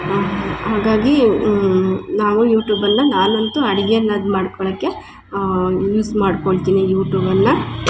ಹಾಂ ಹಾಗಾಗಿ ನಾವು ಯೂಟ್ಯೂಬನ್ನ ನಾನು ಅಂತು ಅಡ್ಗೆ ಅನ್ನದು ಮಾಡ್ಕೊಳಕ್ಕೆ ಯೂಝ್ ಮಾಡ್ಕೊಳ್ತೀನಿ ಯುಟ್ಯೂಬನ್ನ